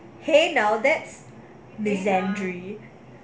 !hey! now that's the exemplary rules